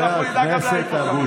מי שמבין באפרטהייד,